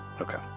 okay